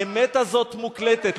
האמת הזאת מוקלטת,